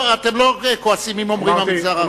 אתם לא כועסים אם אומרים "המגזר הערבי".